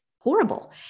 horrible